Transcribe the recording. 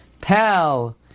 Pal